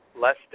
less